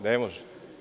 Ne može.